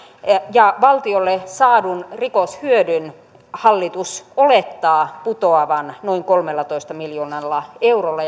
ja valtiolle saadun rikoshyödyn hallitus olettaa putoavan noin kolmellatoista miljoonalla eurolla